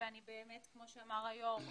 כמו שאמר היושב ראש,